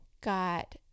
got